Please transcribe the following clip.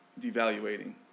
devaluating